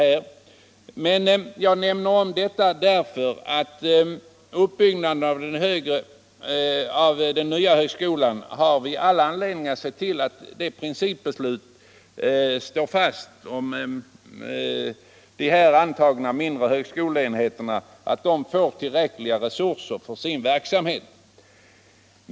Beträffande uppbyggnaden av den nya högskolan har vi all anledning se till att principbeslutet om de mindre högskoleenheterna står fast och utbildning och forskning att de alltså får tillräckliga resurser för sin verksamhet.